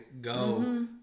go